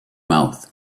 mouth